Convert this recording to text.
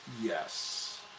Yes